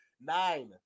Nine